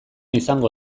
izango